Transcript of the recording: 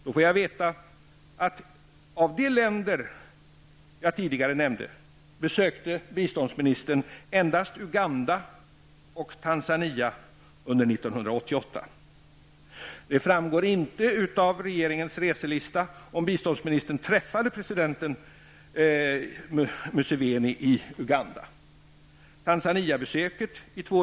Då får jag veta att av de länder jag tidigare nämnde besökte biståndsministern endast Uganda och Tanzania under 1988. Det framgår inte av regeringens reselista om biståndsministern träffade presidenten Museveni i Uganda. SADCC-möte.